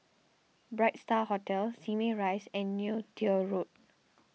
Bright Star Hotel Simei Rise and Neo Tiew Road